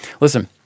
Listen